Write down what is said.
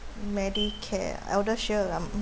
MediCare ElderShield I'm